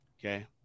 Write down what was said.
okay